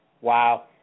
Wow